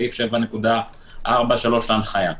סעיף 7.43 להנחיה.